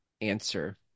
answer